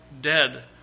dead